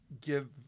give